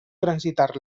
transitar